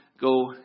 go